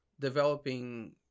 developing